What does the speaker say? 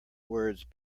words